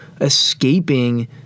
escaping